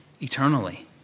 eternally